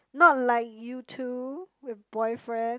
not like you two with boyfriend